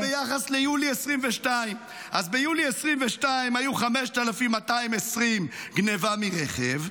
זה ביחס ליולי 2022. אז ביולי 2022 היו 5,220 גנבות מרכב,